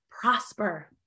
prosper